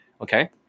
Okay